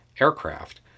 aircraft